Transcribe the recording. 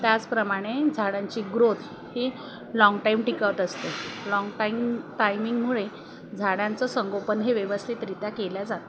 त्याचप्रमाणे झाडांची ग्रोथ ही लाँगटाईम टिकत असते लाँगटाईम टायमिंगमुळे झाडांचं संगोपन हे व्यवस्थितरित्या केलं जातं